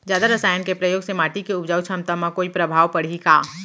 जादा रसायन के प्रयोग से माटी के उपजाऊ क्षमता म कोई प्रभाव पड़ही का?